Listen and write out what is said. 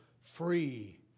free